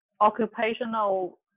occupational